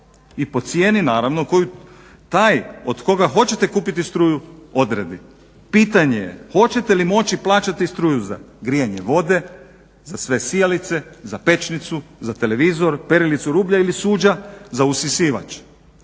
i po cijeni naravno koju taj od koga hoćete kupiti struju odredi. Pitanje je hoćete li moći plaćati struju za grijanje vode, za sve sijalice, za pećnicu, za televizor, za perilicu rublja ili suđa, za usisivač.